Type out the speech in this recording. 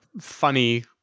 funny-